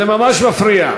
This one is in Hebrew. זה ממש מפריע.